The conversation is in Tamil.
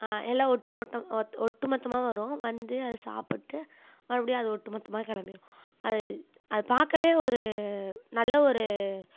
எல்லாம் ஒட்டுமொத்தம் ஒட்டுமொத்தமாக வரும் வந்து அது சாப்பிட்டு மறுபடியும் அது ஒட்டுமொத்தமாக கிளம்பிடும் அது அது பார்க்கவே ஒரு நல்ல ஒரு